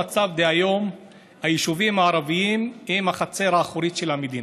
המצב היום הוא שהיישובים הערביים הם החצר האחורית של המדינה.